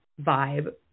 vibe